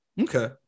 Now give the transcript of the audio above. Okay